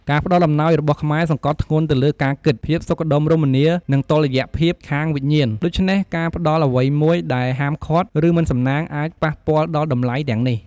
ការផ្តល់អំណោយរបស់ខ្មែរសង្កត់ធ្ងន់ទៅលើការគិត ភាពសុខដុមរមនា និងតុល្យភាពខាងវិញ្ញាណ ដូច្នេះការផ្តល់អ្វីមួយដែលហាមឃាត់ ឬមិនសំណាងអាចប៉ះពាល់ដល់តម្លៃទាំងនេះ។